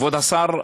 כבוד השר,